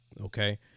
Okay